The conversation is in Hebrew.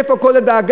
איפה כל הדאגה?